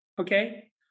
Okay